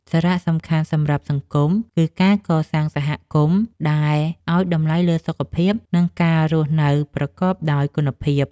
សារៈសំខាន់សម្រាប់សង្គមគឺការកសាងសហគមន៍ដែលឱ្យតម្លៃលើសុខភាព និងការរស់នៅប្រកបដោយគុណភាព។